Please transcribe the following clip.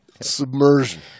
submersion